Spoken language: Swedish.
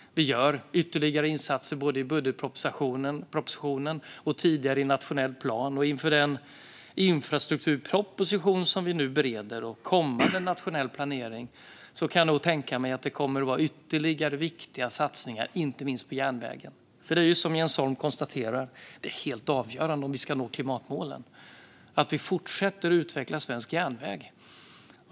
Vi gör ytterligare insatser i budgetpropositionen, och vi har tidigare gjort det i nationell plan. Inför den infrastrukturproposition som vi nu bereder och kommande nationell planering kan jag tänka mig att det kommer att vara ytterligare viktiga satsningar, inte minst på järnvägen. Det är nämligen, som Jens Holm konstaterar, helt avgörande om vi ska nå klimatmålen att vi fortsätter att utveckla svensk järnväg.